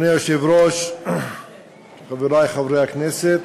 אדוני היושב-ראש, חברי חברי הכנסת,